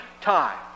time